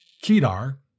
Kedar